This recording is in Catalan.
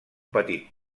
petit